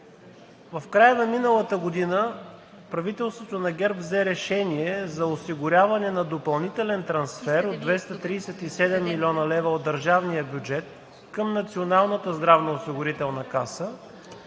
В края на миналата година правителството на ГЕРБ взе решение за осигуряване на допълнителен трансфер от 237 млн. лв. от държавния бюджет към Националната здравноосигурителна каса,